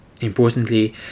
Importantly